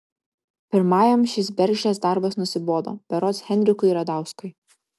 pirmajam šis bergždžias darbas nusibodo berods henrikui radauskui